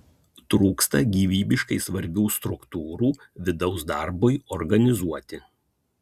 trūksta gyvybiškai svarbių struktūrų vidaus darbui organizuoti